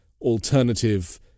alternative